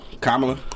Kamala